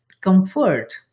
comfort